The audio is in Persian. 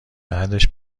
بعدش